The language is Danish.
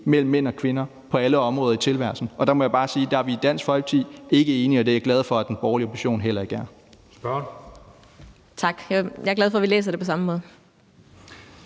mellem mænd og kvinder på alle områder i tilværelsen. Og der må jeg bare sige: Der er vi i Dansk Folkeparti ikke enige, og det er jeg glad for at den borgerlige opposition heller ikke er.